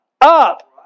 up